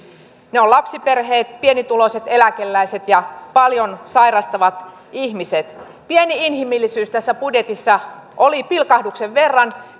ne ovat lapsiperheet pienituloiset eläkeläiset ja paljon sairastavat ihmiset pieni inhimillisyys tässä budjetissa oli pilkahduksen verran